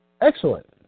Excellent